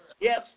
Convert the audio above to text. Yes